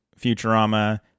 Futurama